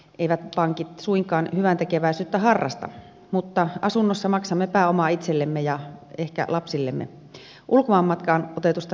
eivät pankit suinkaan hyväntekeväisyyttä harrasta mutta asunnossa maksamme pääomaa itsellemme ja ehkä lapsillemme ulkomaanmatkaan otetusta vipistä emme